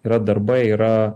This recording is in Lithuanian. yra darbai yra